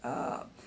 err